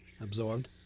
absorbed